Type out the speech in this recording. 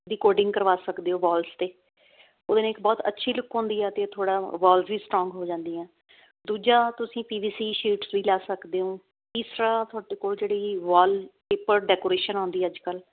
ਦੀ coding ਕਰਵਾ ਸਕਦੇ ਓ ਵੋਲਸ ਤੇ ਉਹਦੇ ਨਾਲ ਇੱਕ ਬਹੁਤ ਅੱਛੀ ਲੁੱਕ ਆਉਂਦੀ ਆ ਤੇ ਥੋੜਾ ਵੋਲਜ਼ ਵੀ ਸਟਰੋਂਗ ਹੋ ਜਾਂਦੀਆਂ ਦੂਜਾ ਤੁਸੀਂ ਪੀਵੀਸੀ ਸ਼ੀਟਸ ਵੀ ਲੈ ਸਕਦੇ ਓ ਤੀਸਰਾ ਤੁਹਾਡੇ ਕੋਲ ਜਿਹੜੀ ਵੋਲ ਪੇਪਰ ਡੈਕੋਰੇਸ਼ਨ ਆਉਂਦੀ ਅੱਜ ਕੱਲ